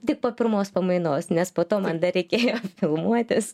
tik po pirmos pamainos nes po to man dar reikėjo filmuotis